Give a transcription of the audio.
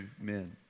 men